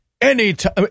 anytime